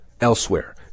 elsewhere